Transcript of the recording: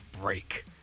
break